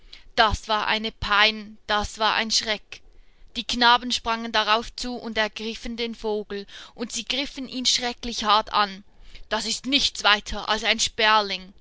das war eine pein das war ein schreck die knaben sprangen darauf zu und ergriffen den vogel und sie griffen ihn schrecklich hart an das ist nichts weiter als ein sperling